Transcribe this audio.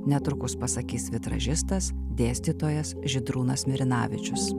netrukus pasakys vitražistas dėstytojas žydrūnas mirinavičius